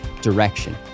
direction